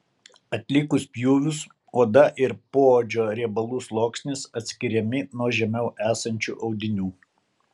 atlikus pjūvius oda ir poodžio riebalų sluoksnis atskiriami nuo žemiau esančių audinių